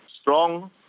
strong